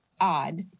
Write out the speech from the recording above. odd